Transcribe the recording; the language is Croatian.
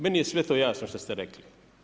Meni je sve to jasno što ste rekli.